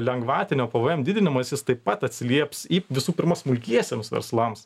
lengvatinio pvm didinamasis jis taip pat atsilieps visų pirma smulkiesiems verslams